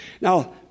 Now